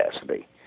capacity